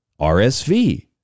RSV